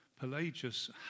Pelagius